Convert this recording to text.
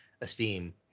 esteem